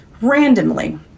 randomly